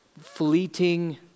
fleeting